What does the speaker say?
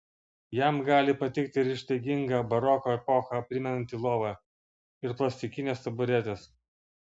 jam gali patikti ir ištaiginga baroko epochą primenanti lova ir plastikinės taburetės